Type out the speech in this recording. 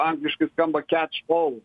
angliškai skamba kiatš ol